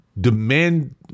demand